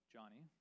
Johnny